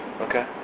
Okay